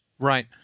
Right